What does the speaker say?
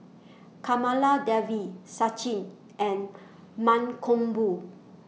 Kamaladevi Sachin and Mankombu